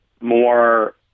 more